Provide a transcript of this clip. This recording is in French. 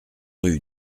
rue